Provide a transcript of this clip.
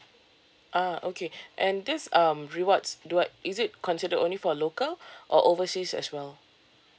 ah okay and this um rewards do I is it considered only for local or overseas as well